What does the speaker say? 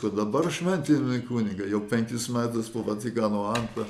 kad dabar šventinami kunigai jau penkis metus po vatikano antro